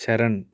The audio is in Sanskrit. शरण्